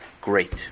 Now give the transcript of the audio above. great